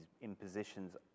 impositions